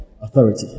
authority